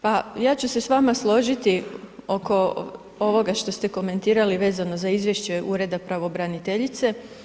Pa ja ću se s vama složiti oko ovoga što ste komentirati vezano za izvješća Ureda pravobraniteljice.